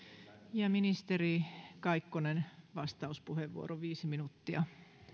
ja ministeri kaikkonen vastauspuheenvuoro viisi minuuttia